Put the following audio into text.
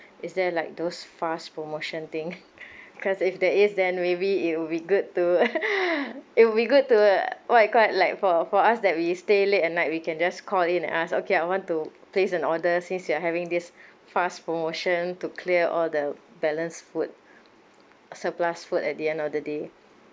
is there like those fast promotion thing because if there is then maybe it would be good to it will be good to what you call that like for for us that we stay late at night we can just call in and ask okay I want to place an order since you're having this fast promotion to clear all the balance food surplus food at the end of the day